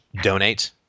donate